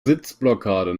sitzblockade